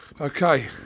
Okay